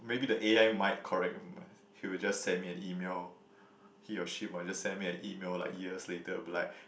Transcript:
maybe the a_i might correct he will just send me an email he or she might just send me an email like years later I'll be like